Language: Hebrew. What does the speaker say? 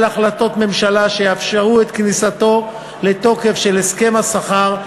החלטות ממשלה שיאפשרו את כניסתו לתוקף של הסכם השכר,